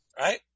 right